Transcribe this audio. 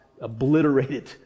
obliterated